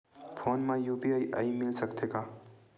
Phone मा UPI मिल सकत हे का?